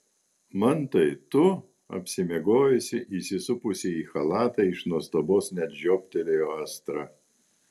mantai tu apsimiegojusi įsisupusi į chalatą iš nuostabos net žioptelėjo astra